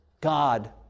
God